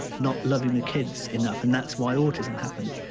not loving the kids enough. and that's why autism happened.